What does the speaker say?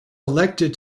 elected